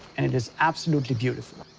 and it is absolutely beautiful.